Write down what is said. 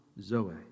zoe